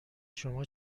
شما